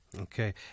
Okay